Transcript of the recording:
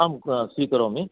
आं स्वीकरोमि